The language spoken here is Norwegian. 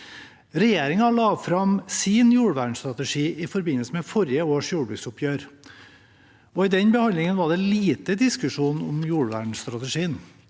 Regjeringen la fram sin jordvernstrategi i forbindelse med forrige års jordbruksoppgjør. I den behandlingen var det lite diskusjon om jordvernstrategien.